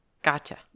Gotcha